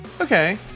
Okay